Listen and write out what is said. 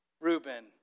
Reuben